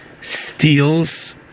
steals